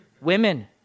Women